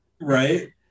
Right